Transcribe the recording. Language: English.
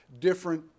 different